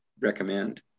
recommend